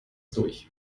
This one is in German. durch